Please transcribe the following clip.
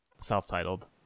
self-titled